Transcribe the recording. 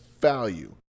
value